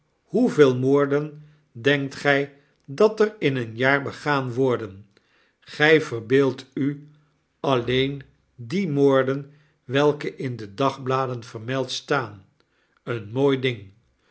hoeveel moorden denkt gij dat er in eenjaar begaan worden gij verbeeldt u alleen die moorden welke in de dagbladen vermeld staan een mooi ding